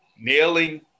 nailing